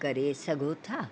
करे सघो था